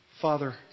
Father